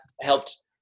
helped